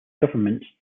government